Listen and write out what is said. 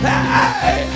Hey